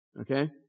Okay